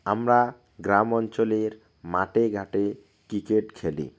আমরা গ্রাম অঞ্চলের মাঠে ঘাটে ক্রিকেট খেলি